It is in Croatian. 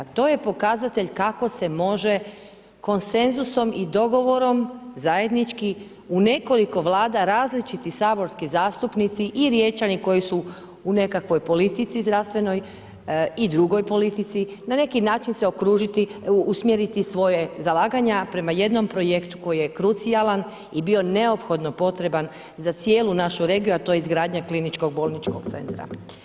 To je pokazatelj kako se može konsenzusom i dogovorom, zajednički u nekoliko vlada, različiti saborski zastupnici i Riječani koji su u nekakvoj politici zdravstvenoj zdravstvenoj i drugoj politici, na neki način se okružiti usmjeriti svoje zalaganje, prema jednom projektu koji je krucionalan i bio neophodno potreban za cijelu našu regiju, a to je izgradnja kliničkog bolničkog centra.